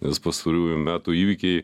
nes pastarųjų metų įvykiai